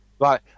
Right